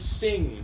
sing